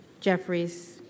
Jeffries